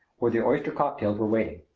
where the oyster cocktails were waiting.